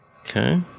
Okay